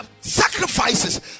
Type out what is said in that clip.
sacrifices